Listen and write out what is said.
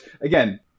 again